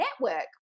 network